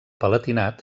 palatinat